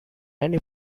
many